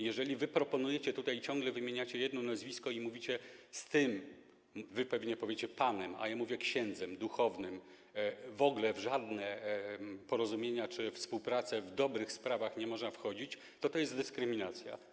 Jeżeli wy proponujecie tutaj, ciągle wymieniacie jedno nazwisko, mówicie: z tym, wy pewnie powiecie „panem”, ja mówię „księdzem, duchownym”, w ogóle w żadne porozumienia czy we współpracę w dobrych sprawach nie można wchodzić, to jest to dyskryminacja.